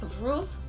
Ruth